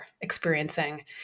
experiencing